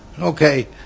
okay